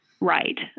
Right